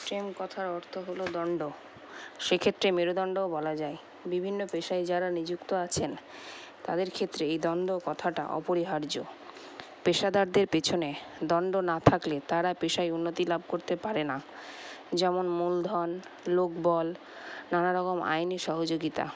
stem কথার অর্থ হল দন্ড সেক্ষেত্রে মেরুদন্ডও বলা যায় বিভিন্ন পেশায় যারা নিযুক্ত আছেন তাদের ক্ষেত্রে এই দন্ড কথাটা অপরিহার্য পেশাদারদের পেছনে দন্ড না থাকলে তারা পেশায় উন্নতি লাভ করতে পারে না যেমন মূলধন লোকবল নানা রকম আইনি সহযোগিতা